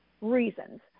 reasons